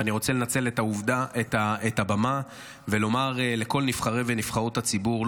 ואני רוצה לנצל את הבמה ולומר לכל נבחרי ונבחרות הציבור,